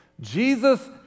Jesus